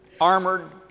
armored